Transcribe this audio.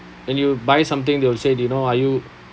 and you buy something they will say you know are you